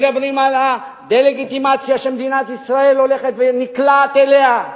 מדברים על הדה-לגיטימציה שמדינת ישראל הולכת ונקלעת אליה.